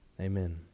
amen